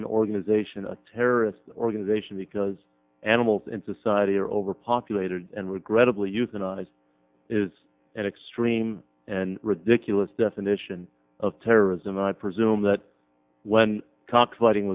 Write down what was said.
an organization a terrorist organization because animals in society are overpopulated and regrettably euthanized is an extreme and ridiculous definition of terrorism and i presume that when cock fighting